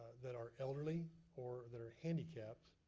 that are elderly or that are handicapped